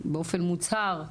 תודה רבה שהקשבתם בסבלנות